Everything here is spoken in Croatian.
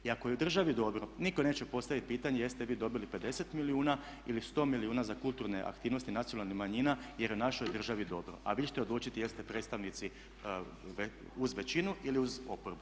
I ako je državi dobro nitko neće postaviti pitanje jeste vi dobili 50 milijuna ili 100 milijuna za kulturne aktivnosti nacionalnih manjina jer je u našoj državi dobro, a vi ćete odlučiti jeste predstavnici uz većinu ili uz oporbu?